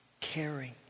caring